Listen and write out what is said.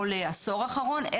או לעשור אחרון,